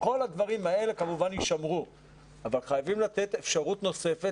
כל הדברים האלה כמובן יישמרו אבל חייבים לתת אפשרות נוספת